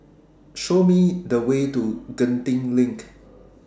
Nothing Beats having Papadum in The Summer